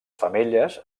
femelles